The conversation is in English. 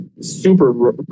super